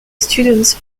students